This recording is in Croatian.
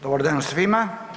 Dobar dan svima.